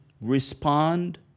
respond